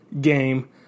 game